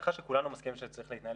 בהנחה שכולנו מסכימים שצריך להתנהל